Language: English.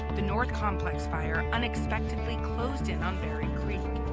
the north complex fire unexpected closed in on berry creek.